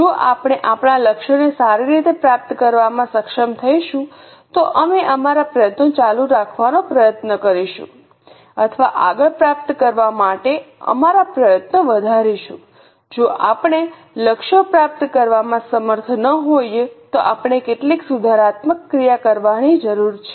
જો આપણે આપણા લક્ષ્યોને સારી રીતે પ્રાપ્ત કરવામાં સક્ષમ થઈશું તો અમે અમારા પ્રયત્નો ચાલુ રાખવાનો પ્રયાસ કરીશું અથવા આગળ પ્રાપ્ત કરવા માટે અમારા પ્રયત્નો વધારીશું જો આપણે લક્ષ્યો પ્રાપ્ત કરવામાં સમર્થ ન હોઈએ તો આપણે કેટલીક સુધારાત્મક ક્રિયા કરવાની જરૂર છે